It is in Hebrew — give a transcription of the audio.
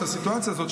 את הסיטואציה הזאת,